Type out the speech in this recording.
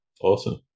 Awesome